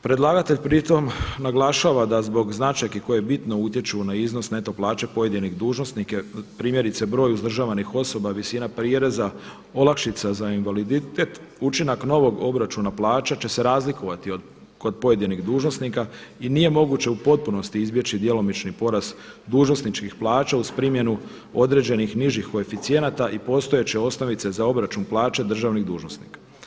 Predlagatelj pritom naglašava da zbog značajki koje bitno utječu na iznos neto plaće pojedinih dužnosnika primjerice broj uzdržavanih osoba, visina prireza, olakšica za invaliditet, učinak novog obračuna plaće će se razlikovati kod pojedinih dužnosnika i nije moguće u potpunosti izbjeći djelomični porast dužnosničkih plaća uz primjenu određenih nižih koeficijenata i postojeće osnovice za obračun plaće državnih dužnosnika.